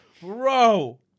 Bro